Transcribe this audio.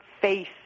face